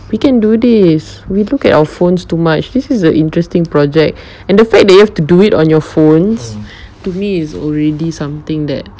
we can do this we look at our phones too much this is an interesting project and the fact that you have to do it on your phones to me is already something that